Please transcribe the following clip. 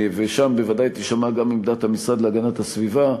ושם בוודאי תישמע גם עמדת המשרד להגנת הסביבה,